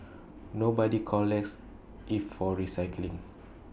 nobody collects IT for recycling